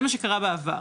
זה מה שקרה בעבר.